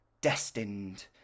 destined